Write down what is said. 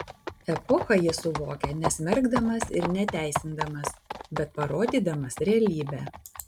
epochą jis suvokia nesmerkdamas ir neteisindamas bet parodydamas realybę